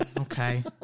Okay